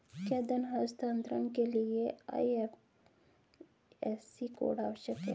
क्या धन हस्तांतरण के लिए आई.एफ.एस.सी कोड आवश्यक है?